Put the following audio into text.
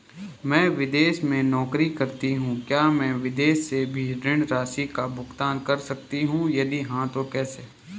मैं विदेश में नौकरी करतीं हूँ क्या मैं विदेश से भी ऋण राशि का भुगतान कर सकती हूँ यदि हाँ तो कैसे?